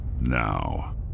now